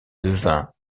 devint